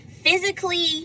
Physically